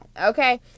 Okay